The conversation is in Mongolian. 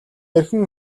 эрхэм